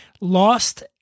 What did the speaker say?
Lost